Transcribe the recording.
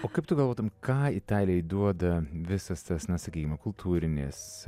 o kaip tu galvotum ką italijai duoda visas tas na sakykim kultūrinis